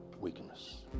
weakness